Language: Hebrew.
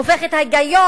הופך את ההיגיון,